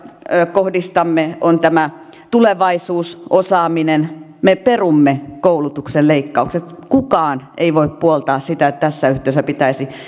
kohdistamme on tämä tulevaisuus osaaminen me perumme koulutuksen leikkaukset kukaan ei voi puoltaa sitä että tässä yhteydessä pitäisi